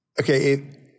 Okay